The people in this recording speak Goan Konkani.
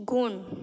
गोन